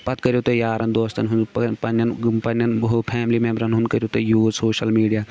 پَتہٕ کٔرو تُہۍ یارَن دوستَن ہُنٛد پٔنۍ پںٛنٮ۪ن پںٛنٮ۪ن ہُہ فیملی میمبرَن ہُنٛد کٔرو تُہۍ یوٗز سوشَل میٖڈیا